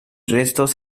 resto